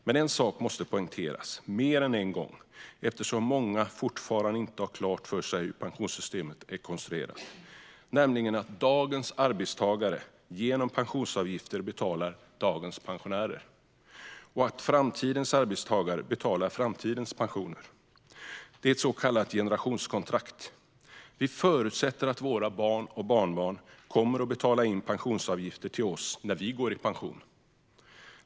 Men en sak måste poängteras mer än en gång, eftersom många fortfarande inte har klart för sig hur pensionssystemet är konstruerat, nämligen att dagens arbetstagare genom pensionsavgifter betalar dagens pensioner och att framtidens arbetstagare betalar framtidens pensioner. Det är ett så kallat generationskontrakt. Vi förutsätter att våra barn och barnbarn kommer att betala in pensionsavgifter till oss när vi går i pension.